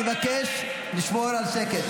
נכון להיום 101 נרצחים בחברה הערבית.